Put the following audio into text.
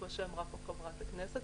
כמו שאמרה פה חברת הכנסת,